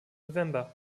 november